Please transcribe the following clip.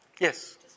Yes